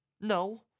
No